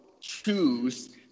choose